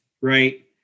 right